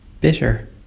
Bitter